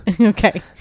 Okay